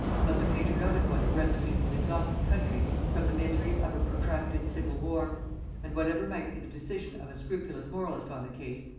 but the patriotic one of rescuing his exhausted country from the miseries of a protracted civil war and whatever might be the decision of a scrupulous moralist on the case,